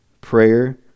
prayer